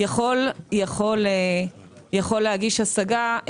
יכול להגיש השגה,